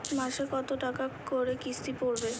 মাসে কত টাকা করে কিস্তি পড়বে?